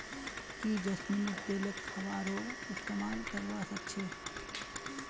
की जैस्मिनेर तेलक खाबारो इस्तमाल करवा सख छ